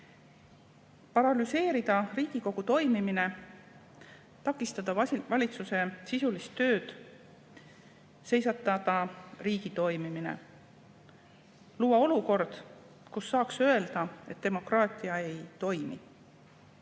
Paralüseerida Riigikogu toimimine, takistada valitsuse sisulist tööd, seisata riigi toimimine, luua olukord, kus saaks öelda, et demokraatia ei toimi,